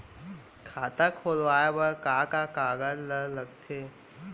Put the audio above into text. खाता खोलवाये बर का का कागज ल लगथे?